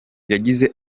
yagize